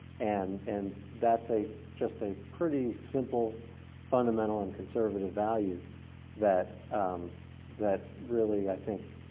and and that's a, just a pretty simple fundamental and conservative value that that really i think,